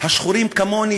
השחורים כמוני,